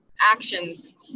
actions